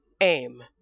aim